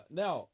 now